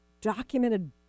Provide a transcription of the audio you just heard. documented